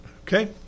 Okay